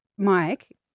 Mike